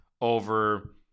over